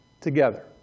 together